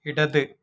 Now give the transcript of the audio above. ഇടത്